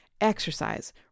exercise